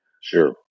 Sure